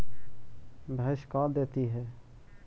भैंस का देती है?